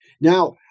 Now